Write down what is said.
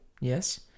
Yes